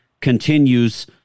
continues